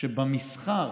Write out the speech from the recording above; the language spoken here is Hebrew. שבמסחר